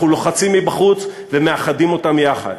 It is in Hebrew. אנחנו לוחצים מבחוץ ומאחדים אותם יחד.